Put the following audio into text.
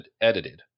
edited